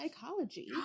Psychology